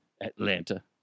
Atlanta